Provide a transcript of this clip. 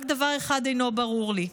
רק דבר אחד אינו ברור לי,